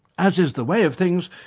as is the way of things,